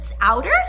outer